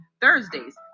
Thursdays